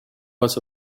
was